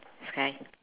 sky